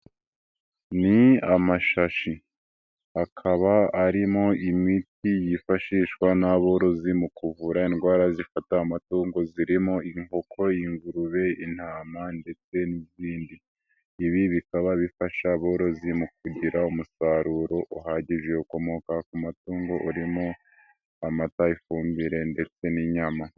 Ni amashashi akaba arimo imiti yifashishwa n'aborozi mu kuvura indwara zifata amatungo zirimo inkoko, ingurube, intama ndetse n'izindi, ibi bikaba bifasha aborozi mu kugira umusaruro uhagije ukomoka ku mutungo urimo amata, ifumbire ndetse n'inyama.